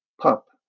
pup